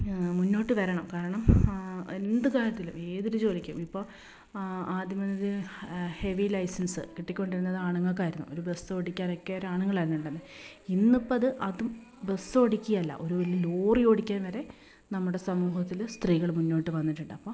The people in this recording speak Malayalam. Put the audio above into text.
മുന്നോട്ട് വരണം കാരണം എന്ത് കാര്യത്തിലും ഏതൊരു ജോലിക്കും ഇപ്പോൾ ആദ്യം മുതൽ ഹെവി ലൈസൻസ് കിട്ടിക്കൊണ്ടിരുന്നത് ആണുങ്ങക്കായിരുന്നു ഒരു ബസ്സ് ഓടിക്കാനൊക്കെ ആണുങ്ങളായിരുന്നു ഉണ്ടായിരുന്നത് ഇന്നിപ്പം അത് അതും ബസ്സ് ഓടിക്കുകയല്ല ഒരു ലോറി ഓടിക്കാൻ വരെ നമ്മുടെ സമൂഹത്തിൽ സ്ത്രീകൾ മുന്നോട്ട് വന്നിട്ടുണ്ട്